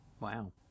Wow